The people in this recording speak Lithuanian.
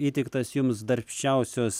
įteiktas jums darbščiausios